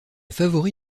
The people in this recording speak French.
favori